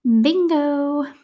Bingo